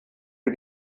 für